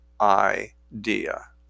idea